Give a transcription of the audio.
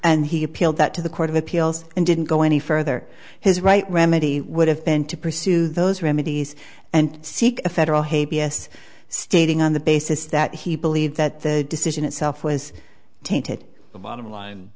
and he appealed that to the court of appeals and didn't go any further his right remedy would have been to pursue those remedies and seek a federal hate b s stating on the basis that he believed that the decision itself was tainted the bottom